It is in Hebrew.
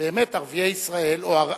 ערביי ישראל, או,